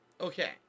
Okay